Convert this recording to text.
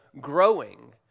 growing